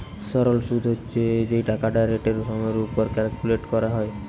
সরল শুদ হচ্ছে যেই টাকাটা রেটের সময়ের উপর ক্যালকুলেট করা হয়